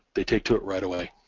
they take to it right away.